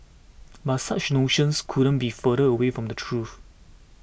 but such notions couldn't be further away from the truth